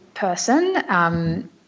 Person